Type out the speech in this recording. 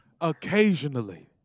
occasionally